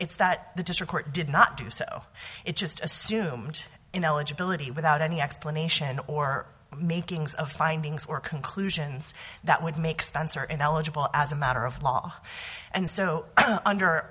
it's that the district court did not do so it just assumed in eligibility without any explanation or makings of findings or conclusions that would make spencer ineligible as a matter of law and so under